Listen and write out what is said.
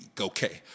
Okay